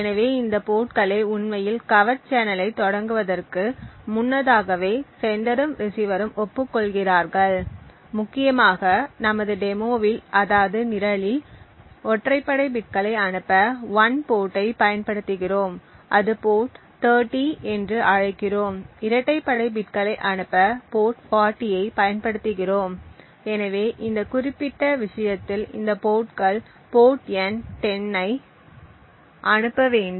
எனவே இந்த போர்ட்களை உண்மையில் கவர்ட் சேனலைத் தொடங்குவதற்கு முன்னதாகவே செண்டரும் ரிஸீவரும் ஒப்புக்கொள்கிறார்கள் முக்கியமாக நமது டெமோவில் அதாவது நிரலில் ஒற்றைப்படை பிட்களை அனுப்ப 1 போர்டை பயன்படுத்துகிறோம் அது போர்ட் 30 என்று அழைக்கிறோம் இரட்டைப்படை பிட்களை அனுப்ப போர்ட் 40 ஐ பயன்படுத்துகிறோம் எனவே இந்த குறிப்பிட்ட விஷயத்தில் இந்த போர்ட்கள் போர்ட் எண் 10 ஐ அனுப்ப வேண்டும்